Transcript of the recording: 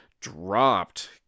dropped